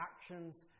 actions